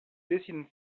dessine